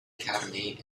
academy